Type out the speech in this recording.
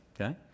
okay